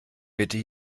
bitte